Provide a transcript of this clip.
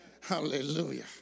Hallelujah